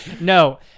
No